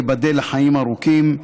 ייבדל לחיים ארוכים.